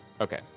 okay